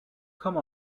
come